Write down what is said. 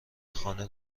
خانه